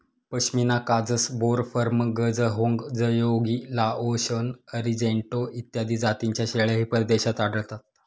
पश्मिना काजस, बोर, फर्म, गझहोंग, जयोगी, लाओशन, अरिजेंटो इत्यादी जातींच्या शेळ्याही परदेशात आढळतात